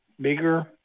bigger